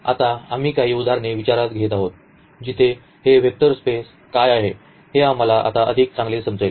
तर आता आम्ही काही उदाहरणे विचारात घेत आहोत जिथे हे वेक्टर स्पेस काय आहे हे आम्हाला आता अधिक चांगले समजेल